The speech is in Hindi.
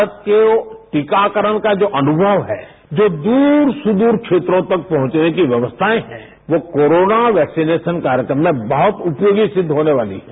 मारत को टीकाकरण का जो अनुमव है जो दूए सुदूर क्षेत्रों तक पहुंचने की व्यवस्थाएं है सो कोरोना वैक्सीनेशन कार्यक्रम में बहुत उपयोगी सिद्ध होने वाली हैं